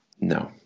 No